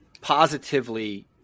positively